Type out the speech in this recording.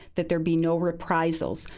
that there be no reprisals,